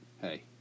Hey